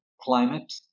climate